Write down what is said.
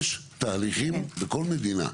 יש תהליכים בכל מדינה.